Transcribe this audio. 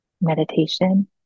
meditation